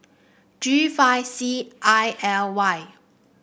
G five C I L Y